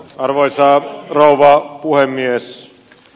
arvoisa rouva puhemies